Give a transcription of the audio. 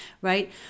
right